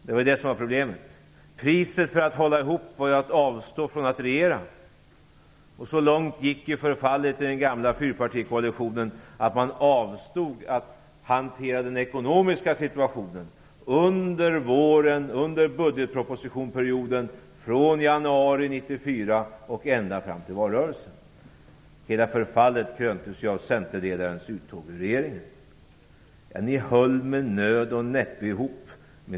Det var det som var problemet. Priset för att hålla ihop var att avstå från att regera. Så långt gick förfallet i den gamla fyrpartikoalitionen att ni avstod från att hantera den ekonomiska situationen - från det att budgetpropositionen lades fram i januari 1994 fram till valrörelsen. Hela förfallet kröntes av centerledarens uttåg ur regeringen. Ni höll med nöd och näppe ihop.